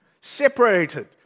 Separated